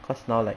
cause now like